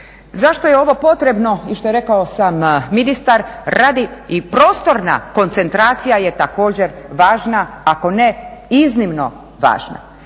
Zašto je ovo potrebno i što je rekao sam ministar, radi i prostorna koncentracija je važna, ako ne iznimno važna.